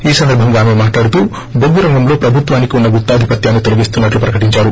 ఈ సందర్బంగా ఆమె మాట్లాడుతూ బొగ్గు రంగంలో ప్రభుత్వానికి ఉన్న గుత్తాధిపత్యాన్ని తొలగిస్తున్నట్లు ప్రకటిందారు